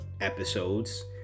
episodes